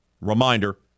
Reminder